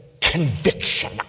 conviction